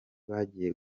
bagiye